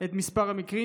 את מספר המקרים.